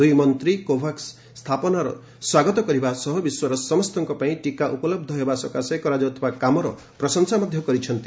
ଦୁଇ ମନ୍ତ୍ରୀ କୋଭାକୁ ସ୍ଥାପନାର ସ୍ୱାଗତ କରିବା ସହ ବିଶ୍ୱର ସମସ୍ତଙ୍କ ପାଇଁ ଟୀକା ଉପଲବ୍ଧ ହେବା ସକାଶେ କରାଯାଉଥିବା କାମର ପ୍ରଶଂସା କରିଛନ୍ତି